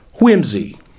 whimsy